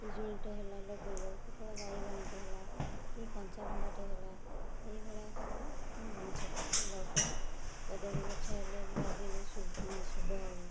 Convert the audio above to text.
ପିଜୁଳିଟେ ହେଲା ଲଗେଇଲ କେତେବେଳେ ବାଇଗଣଟେ ହେଲା କି କଞ୍ଚା ଲଙ୍କାଟେ ହେଲା ଏହିଭଳିଆ ମୁଁ ସବୁ ଜିନିଷ ପତ୍ର ଲଗାଏ କଦଳୀ ଗଛ ହେଲେ ଲଗେଇଲେ ଶୁ ଶୁଭ ହବ